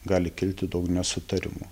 gali kilti daug nesutarimų